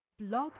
Blog